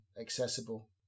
accessible